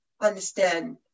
understand